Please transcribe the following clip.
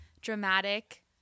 dramatic